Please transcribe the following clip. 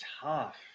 tough